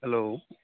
hello